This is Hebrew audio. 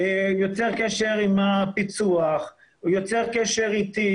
הוא יוצר קשר עם הפיצו"ח, הוא יוצר קשר איתי.